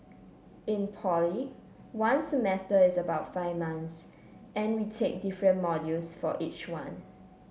in poly one semester is about five months and we take different modules for each one